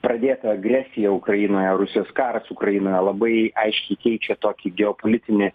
pradėta agresija ukrainoje rusijos karas ukrainoje labai aiškiai keičia tokį geopolitinį